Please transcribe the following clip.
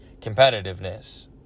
competitiveness